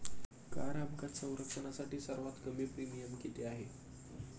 Car अपघात संरक्षणासाठी सर्वात कमी प्रीमियम किती आहे?